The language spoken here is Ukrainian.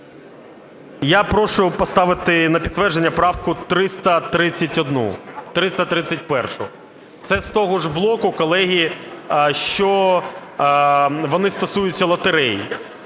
Я прошу поставити на підтвердження правку 331-у. Це з того ж боку, колеги, що вони стосуються лотереї.